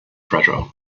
treasure